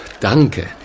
Danke